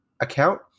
account